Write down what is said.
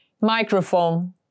microphone